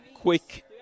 quick